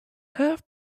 half